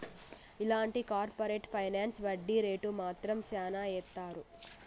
ఇలాంటి corporate finance వడ్డీ rate మాత్రం శ్యానా ఏత్తారు